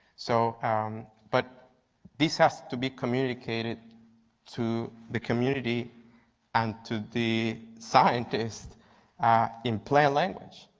so ah um but this has to be communicated to the community and to the scientists in plain language.